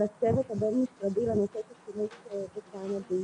הצוות הבין משרדי לנושא של השימוש בקנאביס.